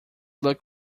look